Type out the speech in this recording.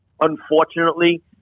Unfortunately